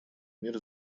мир